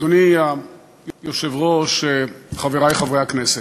אדוני היושב-ראש, חברי חברי הכנסת,